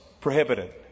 prohibited